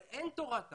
אבל אין תורת ת"ש,